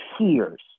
tears